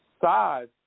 size